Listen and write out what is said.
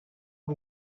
w’u